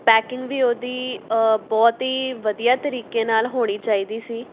packing ਵੀ ਉਹਦੀ ਬਹੁਤ ਹੀ ਵਧੀਆ ਤਰੀਕੇ ਨਾਲ ਹੋਣੀ ਚਾਹੀਦੀ ਸੀ